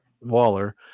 waller